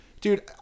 dude